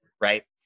Right